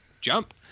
jump